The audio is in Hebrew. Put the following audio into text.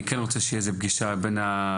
אני רוצה שתיקבע איזו פגישה עם השר,